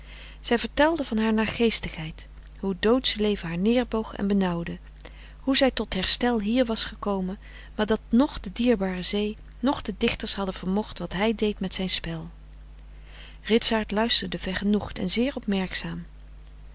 zij vertelde van haar naargeestigheid hoe t doodsche leven haar neerboog en benauwde hoe zij tot herstel hier was gekomen maar dat noch de dierbare zee noch de dichters hadden vermocht wat hij deed met zijn spel ritsaart luisterde vergenoegd en zeer